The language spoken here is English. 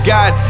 God